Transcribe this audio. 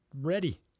ready